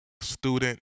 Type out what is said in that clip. student